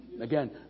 Again